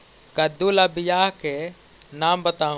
कददु ला बियाह के नाम बताहु?